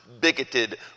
bigoted